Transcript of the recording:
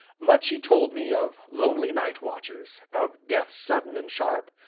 much he told me of lonely night watches, of death sudden and sharp,